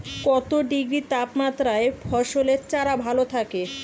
কত ডিগ্রি তাপমাত্রায় ফসলের চারা ভালো থাকে?